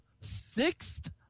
sixth